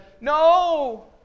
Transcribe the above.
no